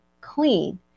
clean